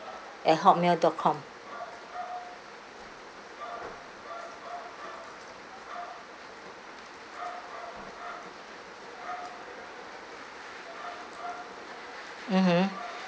at hotmail dot com mmhmm